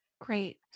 Great